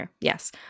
yes